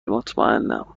مطمئنا